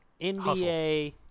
nba